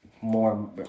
more